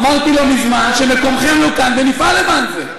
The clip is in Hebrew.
אמרתי לא מזמן שמקומכם לא כאן, ונפעל למען זה.